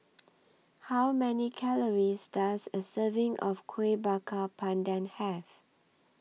How Many Calories Does A Serving of Kuih Bakar Pandan Have